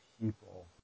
people